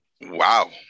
Wow